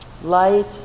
Light